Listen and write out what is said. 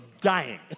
dying